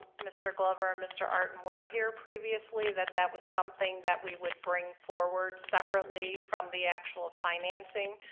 mr. glover and mr. artin were here previously that that was something that we would bring forward separately from the actual financing.